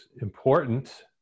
important